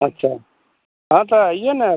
अच्छा हाँ तो आइए न